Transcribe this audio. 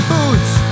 Boots